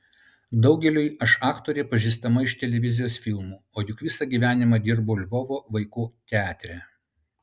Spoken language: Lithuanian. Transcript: daugeliui aš aktorė pažįstama iš televizijos filmų o juk visą gyvenimą dirbau lvovo vaikų teatre